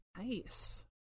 Nice